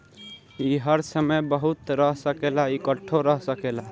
ई हर समय बहत रह सकेला, इकट्ठो रह सकेला